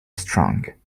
strong